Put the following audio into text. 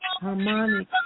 harmonic